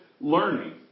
learning